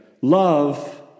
Love